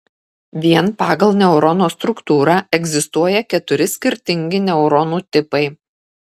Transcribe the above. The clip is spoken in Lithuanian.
vien pagal neurono struktūrą egzistuoja keturi skirtingi neuronų tipai